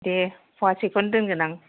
दे फवासेखौनो दोनगोन आं